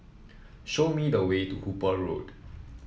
show me the way to Hooper Road